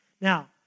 Now